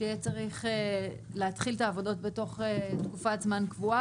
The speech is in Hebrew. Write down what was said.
שיהיה צריך להתחיל את העבודות בתוך תקופת זמן קבועה,